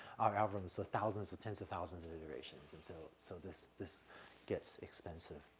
our algorithms with thousands or tens of thousands of iterations. and so so this this gets expensive.